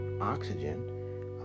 oxygen